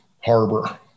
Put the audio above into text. Harbor